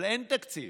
אבל אין תקציב.